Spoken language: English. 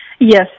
Yes